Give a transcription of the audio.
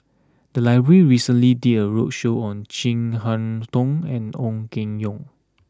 the library recently did a roadshow on Chin Harn Tong and Ong Keng Yong